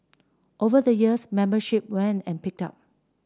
over the years membership waned and picked up